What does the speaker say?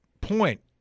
point